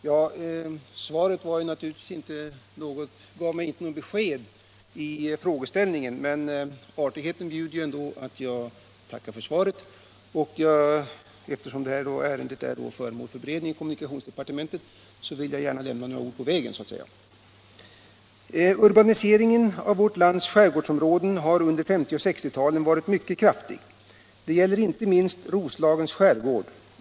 Herr talman! Svaret gav mig naturligtvis inte något besked när det gäller frågeställningen, men artigheten bjuder ändå att jag tackar för det. Eftersom ärendet är föremål för beredning i kommunikationsdeparte mentet vill jag gärna lämna några ord på vägen. Urbaniseringen av vårt lands skärgårdsområden har under 1950 och 1960-talen varit mycket kraftig. Detta gäller inte minst Roslagens skärgård.